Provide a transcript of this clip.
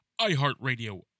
iHeartRadio